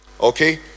Okay